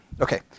Okay